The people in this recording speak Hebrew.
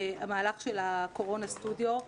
במהלך של ה"קורונה סטודיו",